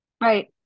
Right